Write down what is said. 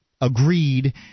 agreed